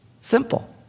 Simple